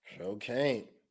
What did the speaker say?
Okay